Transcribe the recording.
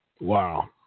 wow